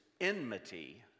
enmity